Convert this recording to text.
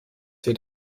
wird